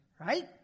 right